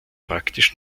praktisch